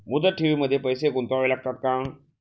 मुदत ठेवींमध्ये पैसे गुंतवावे का?